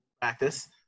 practice